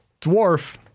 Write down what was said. dwarf